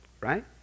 right